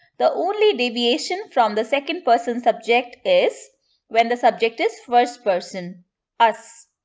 the only deviation from the second person subject is when the subject is first person us.